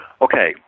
Okay